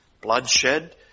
bloodshed